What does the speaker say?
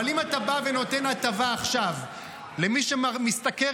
אבל אם אתה נותן הטבה עכשיו למי שמשתכר